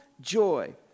joy